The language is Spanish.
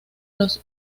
los